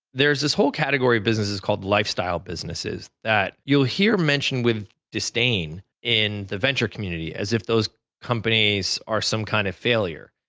there is this whole category of businesses called lifestyle businesses that you'll hear mention with disdain in the venture community as if those companies are some kind of failure.